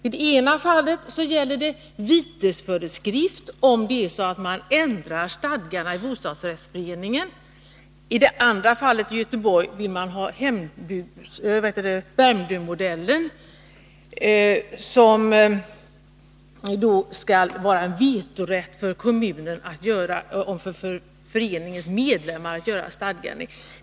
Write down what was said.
I det ena fallet gäller det vitesföreskrift om man ändrar stadgarna i bostadsrättsföreningen, i Göteborgsfallet vill man införa Värmdömodellen, dvs. vetorätt för kommunen och föreningens medlemmar att göra stadgeändringar.